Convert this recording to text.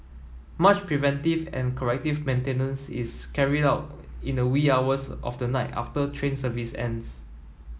much preventive and corrective maintenance is carried out in the wee hours of the night after train service ends